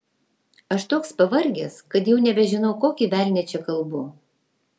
aš toks pavargęs kad jau nebežinau kokį velnią čia kalbu